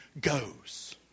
goes